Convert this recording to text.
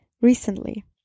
recently